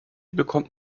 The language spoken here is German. bekommt